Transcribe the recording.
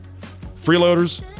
Freeloaders